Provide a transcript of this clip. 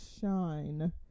shine